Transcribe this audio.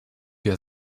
der